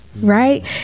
right